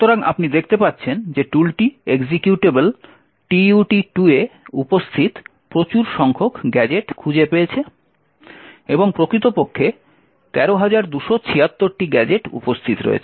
সুতরাং আপনি দেখতে পাচ্ছেন যে টুলটি এক্সিকিউটেবল tut2 এ উপস্থিত প্রচুর সংখ্যক গ্যাজেট খুঁজে পেয়েছে এবং প্রকৃতপক্ষে 13276টি গ্যাজেট উপস্থিত রয়েছে